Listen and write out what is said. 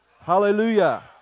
Hallelujah